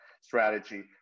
strategy